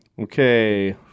Okay